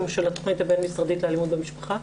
של התכנית הבין-משרדית לאלימות במשפחה.